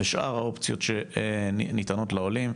ושאר האופציות שניתנות לעולים.